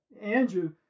Andrew